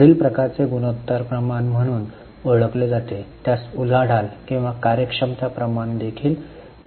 पुढील प्रकारचे गुणोत्तर प्रमाण म्हणून ओळखले जाते त्यास उलाढाल किंवा कार्यक्षमता प्रमाण देखील म्हटले जाते